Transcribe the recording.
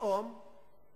פתאום נתניה